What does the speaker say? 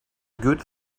good